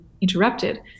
interrupted